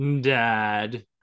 Dad